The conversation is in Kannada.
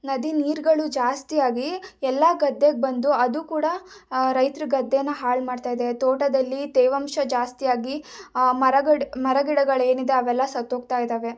ನದಿ ನೀರುಗಳು ಜಾಸ್ತಿ ಆಗಿ ಎಲ್ಲ ಗದ್ದೆಗೆ ಬಂದು ಅದು ಕೂಡ ರೈತರ ಗದ್ದೆನ ಹಾಳು ಮಾಡ್ತಾ ಇದೆ ತೋಟದಲ್ಲಿ ತೇವಾಂಶ ಜಾಸ್ತಿ ಆಗಿ ಮರ ಗಡ್ ಮರ ಗಿಡಗಳೇನಿದೆ ಅವೆಲ್ಲ ಸತ್ತು ಹೋಗ್ತಾ ಇದ್ದಾವೆ